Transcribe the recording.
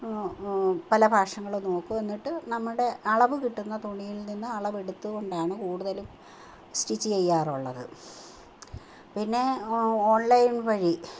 പല ഫാഷണിൽ നോക്കും എന്നിട്ട് നമ്മുടെ അളവു കിട്ടുന്ന തുണിയിൽ നിന്ന് അളവെടുത്തു കൊണ്ടാണ് കൂടുതലും സ്റ്റിച്ച് ചെയ്യാറുള്ളത് പിന്നെ ഓൺലൈൻ വഴി